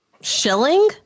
Shilling